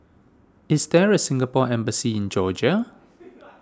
is there a Singapore Embassy in Georgia